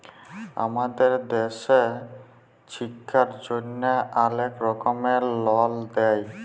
আমাদের দ্যাশে ছিক্ষার জ্যনহে অলেক রকমের লল দেয়